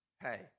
Hey